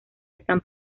están